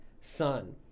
son